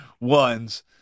ones